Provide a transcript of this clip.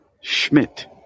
Schmidt